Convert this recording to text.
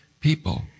people